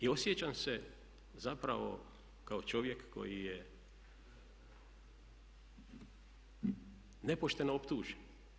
I osjećam se zapravo kao čovjek koji je nepošteno optužen.